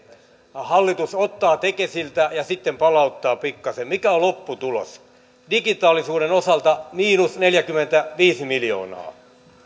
hallitus ottaa tekesiltä ja sitten palauttaa pikkasen mikä on lopputulos digitaalisuuden osalta miinus neljäkymmentäviisi miljoonaa